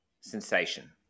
sensation